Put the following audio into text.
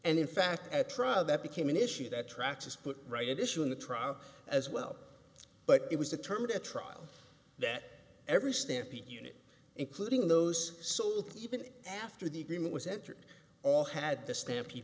and in fact at trial that became an issue that tracks is put right at issue in the trial as well but it was determined at trial that every stampede unit including those so even after the agreement was entered all had the stamp